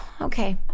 okay